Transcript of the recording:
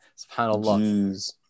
SubhanAllah